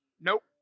Nope